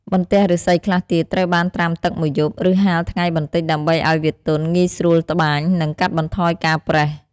បន្ទះឫស្សីខ្លះទៀតត្រូវបានត្រាំទឹកមួយយប់ ឬហាលថ្ងៃបន្តិច ដើម្បីឱ្យវាទន់ ងាយស្រួលត្បាញ និងកាត់បន្ថយការប្រេះ។